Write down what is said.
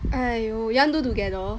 !aiyo! you want do together